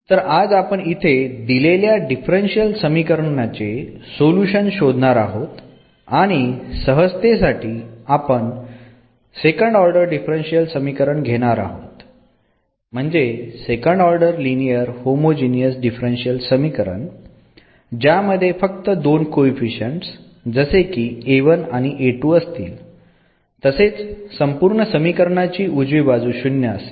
तर आज आपण इथे दिलेल्या डिफरन्शियल समीकरण चे सोल्युशन शोधणार आहोत आणि सहजतेसाठी आपण सेकंड ऑर्डर डिफरन्शियल समीकरण घेणार आहोत म्हणजे second order linear homogeneous differential समीकरण ज्यामध्ये फक्त दोन कोएफीशंट्स जसे की आणि असतील तसेच संपूर्ण समीकरणाची उजवी बाजू शून्य असेल